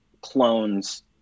clones